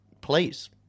please